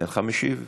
אינך משיב?